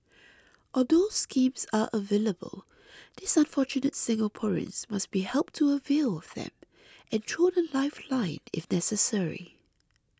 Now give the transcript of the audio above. although schemes are available these unfortunate Singaporeans must be helped to avail of them and thrown a lifeline if necessary